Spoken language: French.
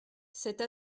cette